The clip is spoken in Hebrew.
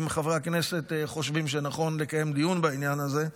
אם חברי הכנסת חושבים שנכון לקיים דיון בעניין הזה,